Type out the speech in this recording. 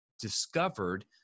discovered